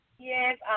Yes